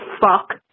fuck